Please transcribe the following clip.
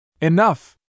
Enough